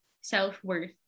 self-worth